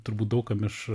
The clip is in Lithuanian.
turbūt daug kam iš